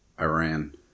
Iran